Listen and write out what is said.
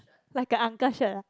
like a uncle shirt ah